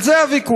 על זה הוויכוח.